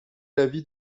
l’avis